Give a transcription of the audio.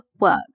work